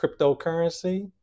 cryptocurrency